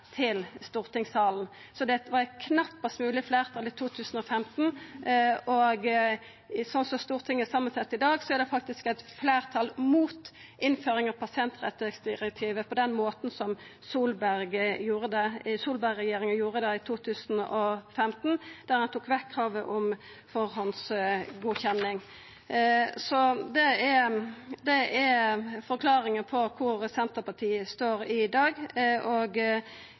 til stortingssalen. Det var eit knappast mogleg fleirtal i 2015, og sånn Stortinget er sett saman i dag, er det faktisk eit fleirtal mot innføring av pasientrettsdirektivet på den måten som Solberg-regjeringa gjorde det i 2015, da ein tok vekk kravet om førehandsgodkjenning. Det er forklaringa på kvar Senterpartiet står i dag, og